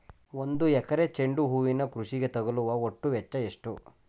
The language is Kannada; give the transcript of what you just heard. ಒಂದು ಎಕರೆ ಚೆಂಡು ಹೂವಿನ ಕೃಷಿಗೆ ತಗಲುವ ಒಟ್ಟು ವೆಚ್ಚ ಎಷ್ಟು?